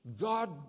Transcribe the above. God